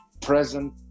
present